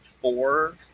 four